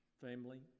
family